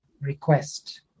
request